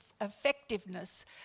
effectiveness